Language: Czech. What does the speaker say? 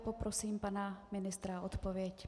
Poprosím pana ministra o odpověď.